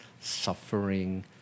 suffering